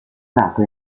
dato